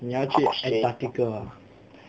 你要去 antarctica ah